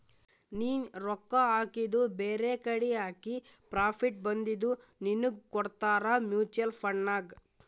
ನೀ ರೊಕ್ಕಾ ಹಾಕಿದು ಬೇರೆಕಡಿ ಹಾಕಿ ಪ್ರಾಫಿಟ್ ಬಂದಿದು ನಿನ್ನುಗ್ ಕೊಡ್ತಾರ ಮೂಚುವಲ್ ಫಂಡ್ ನಾಗ್